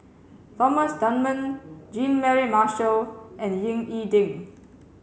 Thomas Dunman Jean Mary Marshall and Ying E Ding